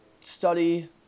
Study